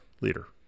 leader